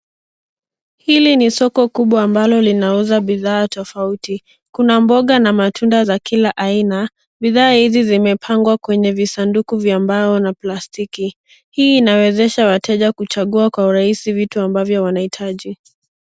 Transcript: Hili ni soko kubwa ambalo linauza bidhaa tofauti. Kuna mboga na matunda za kila aina. Bidhaa hizi zimepangwa kwenye visanduku vya mbao na plastiki. Hii inawezesha wateja kuchagua kwa urahisi vitu ambavyo wanaitaji.